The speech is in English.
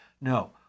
No